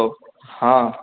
hello हँ